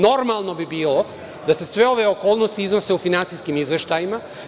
Normalno bi bilo da se sve ove okolnosti iznose u finansijskim izveštajima.